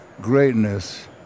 greatness